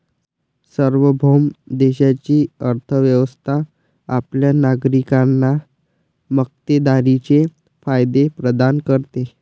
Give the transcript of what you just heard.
सार्वभौम देशाची अर्थ व्यवस्था आपल्या नागरिकांना मक्तेदारीचे फायदे प्रदान करते